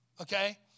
okay